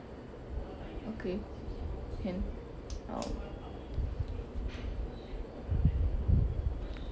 okay oh